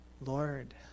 Lord